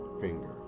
finger